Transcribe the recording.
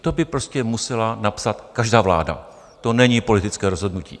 To by prostě musela napsat každá vláda, to není politické rozhodnutí.